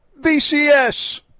BCS